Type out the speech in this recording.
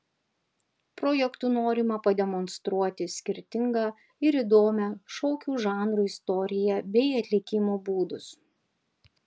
projektu norima pademonstruoti skirtingą ir įdomią šokių žanrų istoriją bei atlikimo būdus